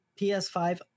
PS5